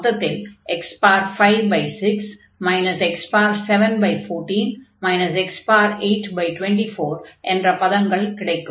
மொத்தத்தில் x56 x714 x824 என்ற பதங்கள் கிடைக்கும்